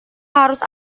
harus